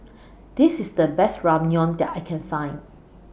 This IS The Best Ramyeon that I Can Find